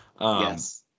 Yes